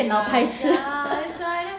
电脑白痴